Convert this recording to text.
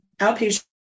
outpatient